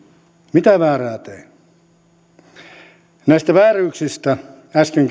mitä väärää tein näistä vääryyksistä äsken